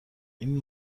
این